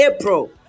April